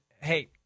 hey